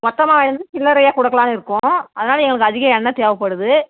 மொத்தமாக வாங்கிகிட்டு வந்து சில்லறையாக கொடுக்கலானு இருக்கோம் அதனால எங்களுக்கு அதிக எண்ணெ தேவைப்படுது